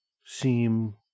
seem